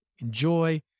enjoy